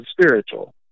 spiritual